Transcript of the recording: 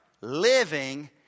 living